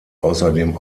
außerdem